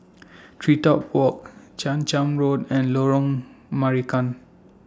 TreeTop Walk Chang Charn Road and Lorong Marican